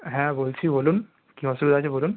হ্যাঁ বলছি বলুন কী অসুবিধা হয়েছে বলুন